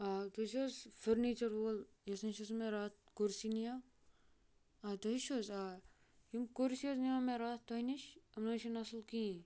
آ تُہۍ چھِو حظ فرنیٖچَر وول یَس نِش حظ مےٚ راتھ کُرسی نِیاو آ تُہی چھِو حظ آ یِم کُرسی حظ نِیاے مےٚ راتھ تۄہہِ نِش تِم نٕے چھنہٕ اَصل کِہیٖنۍ